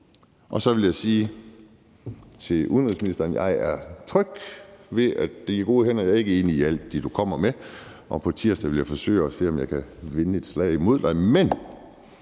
Så vil jeg sige til udenrigsministeren: Jeg er tryg ved, at det er i gode hænder. Jeg er ikke enig i alt det, du kommer med, og på tirsdag vil jeg forsøge at se, om jeg kan vinde et slag imod dig.